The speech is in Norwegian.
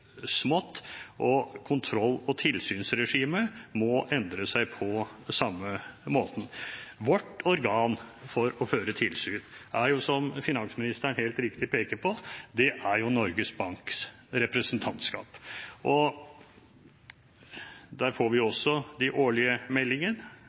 smått, og kontroll- og tilsynsregimet må endre seg på samme måten. Vårt organ for å føre tilsyn er, som finansministeren helt riktig peker på, Norges Banks representantskap. Der får vi også de årlige